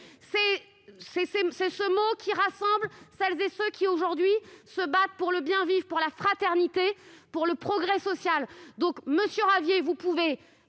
C'est ce mot qui rassemble celles et ceux qui, aujourd'hui, se battent pour le bien-vivre, pour la fraternité, pour le progrès social. Vous pouvez